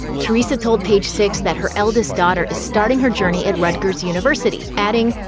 teresa told page six that her eldest daughter is starting her journey at rutgers university, adding,